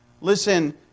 Listen